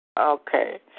Okay